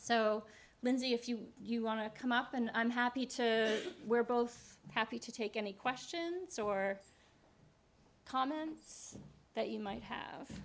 so lindsey if you you want to come up and i'm happy to we're both happy to take any questions or comments that you might have